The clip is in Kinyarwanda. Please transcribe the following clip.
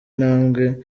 ntambwe